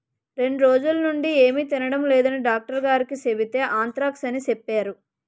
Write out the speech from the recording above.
రెండ్రోజులనుండీ ఏమి తినడం లేదని డాక్టరుగారికి సెబితే ఆంత్రాక్స్ అని సెప్పేరు